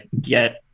get